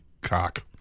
Cock